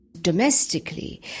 Domestically